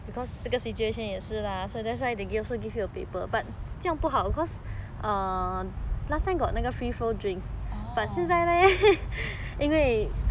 orh